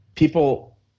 People